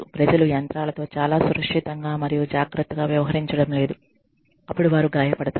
ప్రజలు యంత్రాలతో చాలా సురక్షితంగా మరియు జాగ్రత్తగా వ్యవహరించడం లేదు అపుడు వారు గాయపడతారు